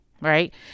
right